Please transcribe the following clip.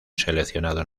seleccionado